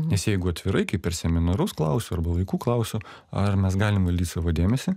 nes jeigu atvirai kaip per seminarus klausiu arba vaikų klausiu ar mes galim valdyt savo dėmesį